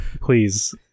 Please